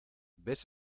ves